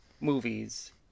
movies